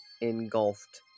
engulfed